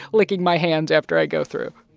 licking my hands after i go through?